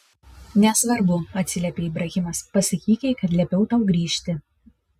nesvarbu atsiliepė ibrahimas pasakyk jai kad liepiau tau grįžti